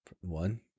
One